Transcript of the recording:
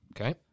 Okay